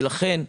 לכן,